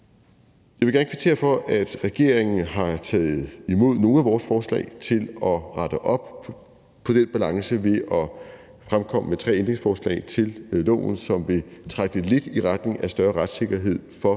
Jeg vil gerne kvittere for, at regeringen har taget imod nogle af vores forslag til at rette op på den balance ved at fremkomme med tre ændringsforslag til loven, som vil trække det lidt i retning af større retssikkerhed for